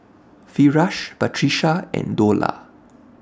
Firash Batrisya and Dollah